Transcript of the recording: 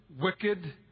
wicked